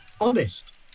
Honest